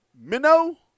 Minnow